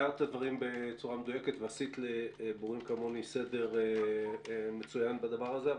תיארת את הדברים בצורה מדויקת ועשית לבורים כמוני סדר מצוין בדבר הזה,